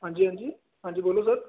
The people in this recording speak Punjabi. ਹਾਂਜੀ ਹਾਂਜੀ ਹਾਂਜੀ ਬੋਲੋ ਸਰ